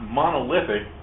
monolithic